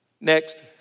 Next